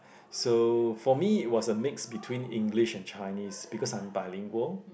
so for me it was a mix between English and Chinese because I'm bilingual